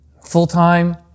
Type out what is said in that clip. Full-time